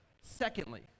Secondly